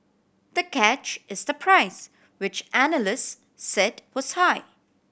the catch is the price which analyst said was high